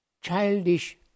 childish